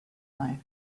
life